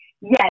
Yes